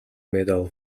medal